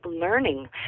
learning